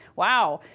wow.